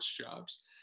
jobs